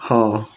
ହଁ